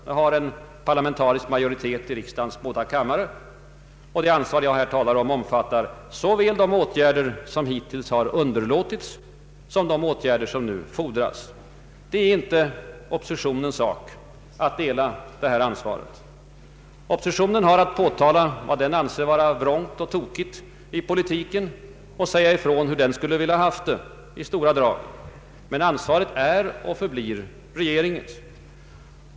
Den har en parlamentarisk majoritet i riksdagens båda kamrar, och det ansvar jag här talar om innefattar både de åtgärder som hittills har underlåtits och de åtgärder som nu fordras. Det är inte oppositionens sak att dela detta ansvar. Oppositionen har att påtala vad den anser vara vrångt och tokigt i politiken och att säga ifrån hur den i stora drag skulle ha velat ha det. Men ansvaret är och förblir regeringens.